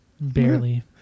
Barely